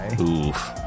Oof